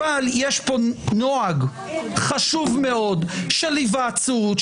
אבל יש פה נוהג חשוב מאוד של היוועצות,